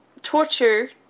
torture